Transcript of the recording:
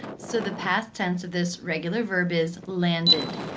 so the past tense of this regular verb is landed.